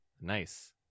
Nice